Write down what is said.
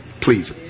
Please